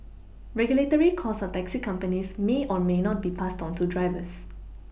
regulatory costs on taxi companies may or may not be passed onto drivers